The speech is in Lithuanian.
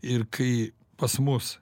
ir kai pas mus